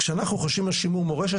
כשאנחנו חושבים על שימור מורשת,